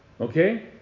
Okay